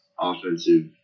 offensive